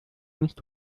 nicht